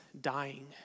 dying